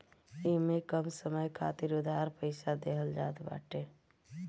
इमे कम समय खातिर उधार पईसा देहल जात बाटे